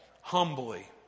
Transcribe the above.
humbly